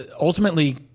ultimately